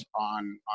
on